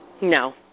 No